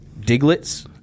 Diglets